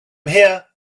here